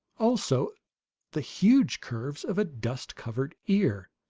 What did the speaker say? also the huge curves of a dust-covered ear.